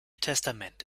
testament